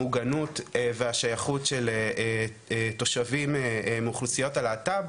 המוגנות והשייכות לתושבים מאוכלוסיות הלהט"ב,